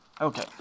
Okay